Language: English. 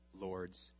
Lord's